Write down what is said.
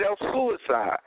self-suicide